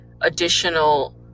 additional